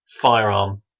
firearm